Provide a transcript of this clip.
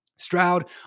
Stroud